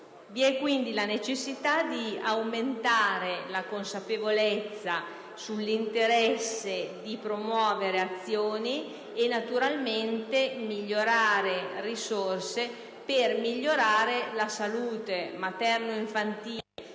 Vi è quindi la necessità di aumentare la consapevolezza sull'interesse di promuovere azioni e naturalmente mobilitare risorse per migliorare la salute materno-infantile,